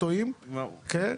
האורתופוטואים, כן?